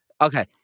Okay